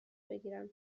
بگیرم